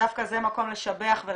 שדווקא זה מקום לשבח את